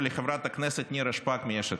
ולחברת הכנסת נירה שפק מיש עתיד.